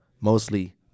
mostly